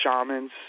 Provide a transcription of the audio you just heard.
shamans